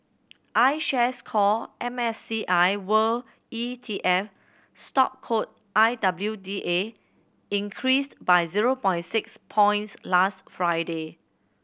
iShares Core M S C I World E T F stock code I W D A increased by zero by six points last Friday